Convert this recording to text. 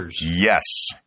Yes